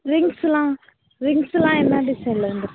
rings எல்லாம் rings எல்லாம் என்ன டிசைனில் வந்து இருக்கு